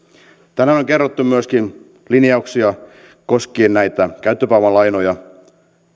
tänään on kerrottu myöskin linjauksia koskien käyttöpääomalainoja